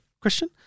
question